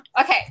Okay